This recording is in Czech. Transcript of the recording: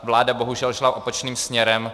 Vláda bohužel šla opačným směrem.